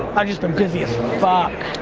i've just been busy as fuck!